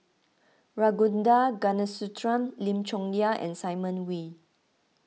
Ragunathar Kanagasuntheram Lim Chong Yah and Simon Wee